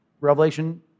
Revelation